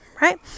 right